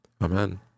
Amen